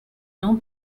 non